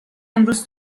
امروز